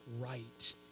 right